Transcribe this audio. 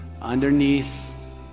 underneath